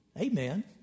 amen